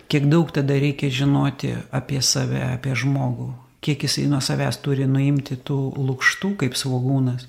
kiek daug tada reikia žinoti apie save apie žmogų kiek jisai nuo savęs turi nuimti tų lukštų kaip svogūnas